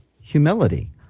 humility